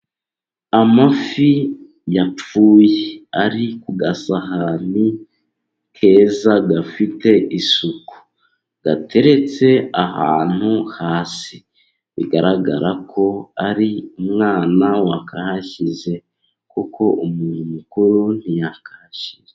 Amafi yapfuye ari ku gasahani keza gafite isuku, gateretse ahantu hasi, bigaragara ko ari umwana wakahashyize, kuko umuntu mukuru ntiyakahashyira.